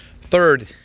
third